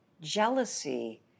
Jealousy